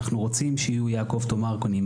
ואנחנו רוצים שיהיו "יעקב תומרקונים",